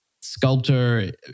Sculptor